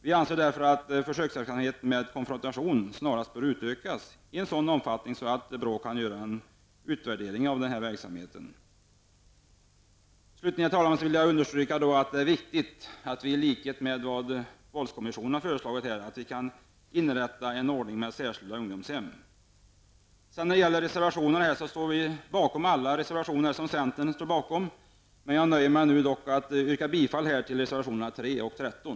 Vi anser därför att försöksverksamheten med konfrontation snarast bör utökas i en sådan omfattning att BRÅ kan utvärdera verksamheten. Slutligen, herr talman, vill jag understryka att det är viktigt att vi i likhet med vad våldskommissionen föreslagit kan inrätta en ordning med särskilda ungdomshem. Jag står självfallet bakom alla de reservationer som centern finns med i i detta betänkande, men jag nöjer mig dock med att yrka bifall till reservationerna 3 och 13.